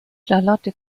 charlotte